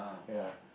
ya